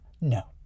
no